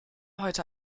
heute